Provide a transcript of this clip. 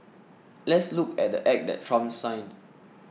let's look at the Act that Trump signed